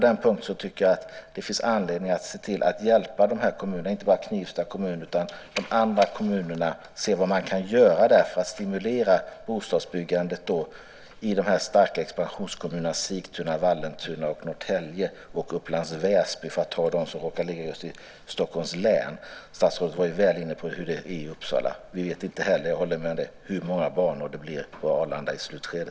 Jag tycker att det finns anledning att hjälpa de här kommunerna, inte bara Knivsta kommun utan också se vad man kan göra för att stimulera bostadsbyggandet i de starka expansionskommunerna Sigtuna, Vallentuna, Norrtälje och Upplands Väsby, för att ta dem som råkar ligga i Stockholms län. Statsrådet var ju inne på hur det är i Uppsala. Vi vet inte heller - jag håller med om det - hur många banor det blir på Arlanda i slutskedet.